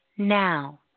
Now